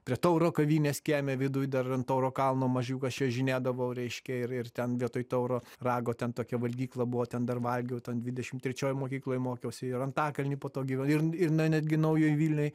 prie tauro kavinės kieme viduj dar ant tauro kalno mažiukas čiuožinėdavau reiškia ir ir ten vietoj tauro rago ten tokia valgykla buvo ten dar valgiau tad dvidešim trečioj mokykloj mokiausi ir antakalny po to gyven ir ir n netgi naujoj vilnioj